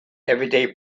everyday